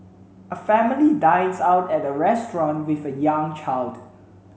a family dines out at a restaurant with a young child